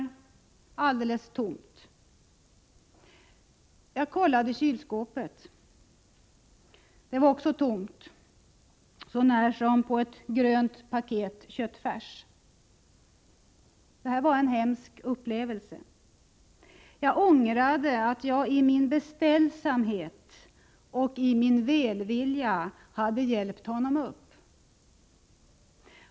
Det var alldeles tomt. Jag kollade kylskåpet. Det var också tomt så när som på ett paket grön köttfärs. Det var en hemsk upplevelse. Jag ångrade att jag i min beställsamhet och min välvilja hade hjälpt honom upp.